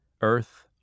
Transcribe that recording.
Earth